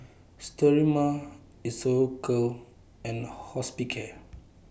Sterimar Isocal and Hospicare